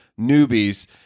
newbies